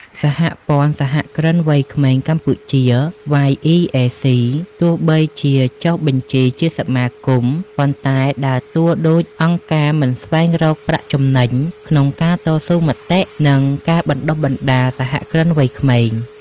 សហព័ន្ធសហគ្រិនវ័យក្មេងកម្ពុជា (YEAC) ទោះបីជាចុះបញ្ជីជាសមាគម ប៉ុន្តែដើរតួដូចអង្គការមិនស្វែងរកប្រាក់ចំណេញ ក្នុងការតស៊ូមតិ និងការបណ្ដុះបណ្ដាលសហគ្រិនវ័យក្មេង។